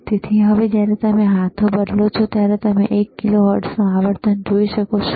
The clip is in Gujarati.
તેથી જ્યારે તમે હાથો બદલો છો ત્યારે તમે એક કિલોહર્ટ્ઝની આવર્તન જોઈ શકશો